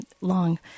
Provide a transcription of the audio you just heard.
long